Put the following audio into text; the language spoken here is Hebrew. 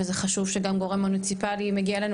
וזה חשוב שגם גורם מוניציפלי מגיע אלינו,